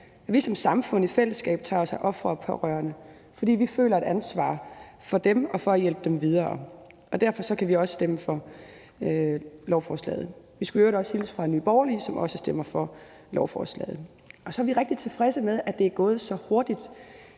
vi som samfund i fællesskab tager os af ofre og pårørende, fordi vi føler et ansvar for dem og for at hjælpe dem videre. Derfor kan vi også stemme for lovforslaget. Vi skulle i øvrigt også hilse fra Nye Borgerlige, som også stemmer for lovforslaget. Og så er vi rigtig tilfredse med, at det er gået så hurtigt